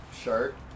shirt